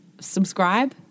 subscribe